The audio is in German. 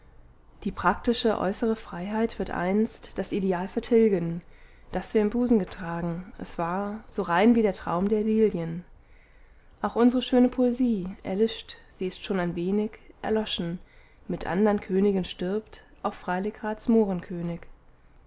die praktische äußere freiheit wird einst das ideal vertilgen das wir im busen getragen es war so rein wie der traum der liljen auch unsre schöne poesie erlischt sie ist schon ein wenig erloschen mit andern königen stirbt auch